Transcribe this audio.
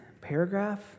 paragraph